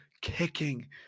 kicking